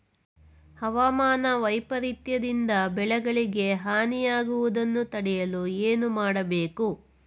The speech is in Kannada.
ಹವಾಮಾನ ವೈಪರಿತ್ಯ ದಿಂದ ಬೆಳೆಗಳಿಗೆ ಹಾನಿ ಯಾಗುವುದನ್ನು ತಡೆಯಲು ಏನು ಮಾಡಬೇಕು?